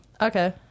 okay